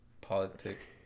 politics